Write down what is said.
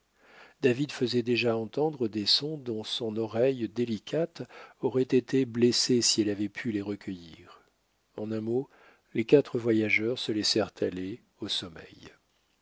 david faisait déjà entendre des sons dont son oreille délicate aurait été blessée si elle avait pu les recueillir en un mot les quatre voyageurs se laissèrent aller au sommeil